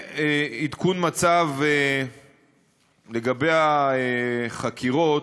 עדכון מצב לגבי החקירות.